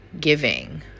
giving